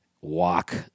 walk